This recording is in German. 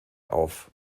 auf